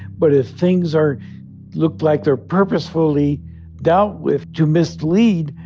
but if things are look like they're purposefully dealt with to mislead,